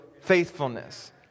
faithfulness